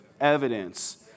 evidence